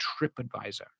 TripAdvisor